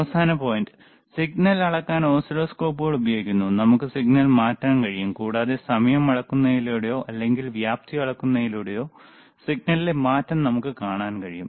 അവസാന point signal അളക്കാൻ ഓസിലോസ്കോപ്പുകൾ ഉപയോഗിക്കുന്നു നമുക്ക് സിഗ്നൽ മാറ്റാൻ കഴിയും കൂടാതെ സമയം അളക്കുന്നതിലൂടെയോ അല്ലെങ്കിൽ വ്യാപ്തി അളക്കുന്നതിലൂടെയോ സിഗ്നലിലെ മാറ്റം നമുക്ക് കാണാൻ കഴിയും